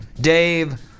Dave